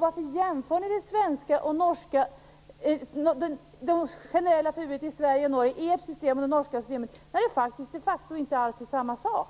Varför jämför ni de generella förbuden i Sverige och Norge - ert system och det norska systemet - när det de facto inte är samma sak?